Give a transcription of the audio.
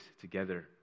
together